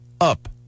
up